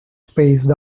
spaced